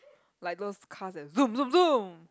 like those car that zoom zoom zoom